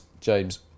James